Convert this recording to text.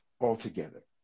altogether